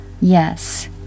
Yes